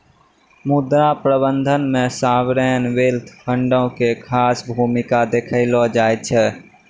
मुद्रा प्रबंधन मे सावरेन वेल्थ फंडो के खास भूमिका देखलो जाय छै